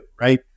right